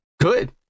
Good